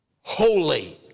holy